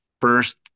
first